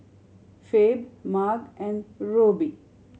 Phebe Marge and Rubye